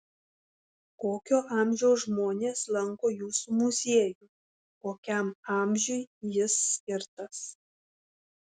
kokio amžiaus žmonės lanko jūsų muziejų kokiam amžiui jis skirtas